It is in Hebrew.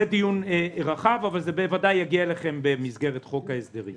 זה דיון רחב אבל זה בוודאי יגיע אליכם במסגרת חוק ההסדרים.